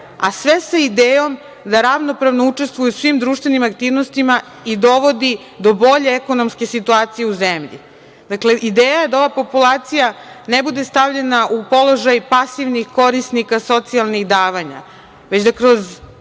a sve sa idejom da ravnopravno učestvuje u svim društvenim aktivnostima i dovodi do bolje ekonomske situacije u zemlji. Dakle, ideja je da ova populacija ne bude stavljena u položaj pasivnih korisnika socijalnih davanja, već da kroz